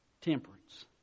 Temperance